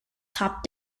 top